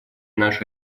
наш